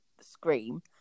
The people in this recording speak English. Scream